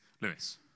Lewis